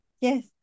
Yes